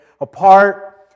apart